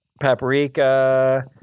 paprika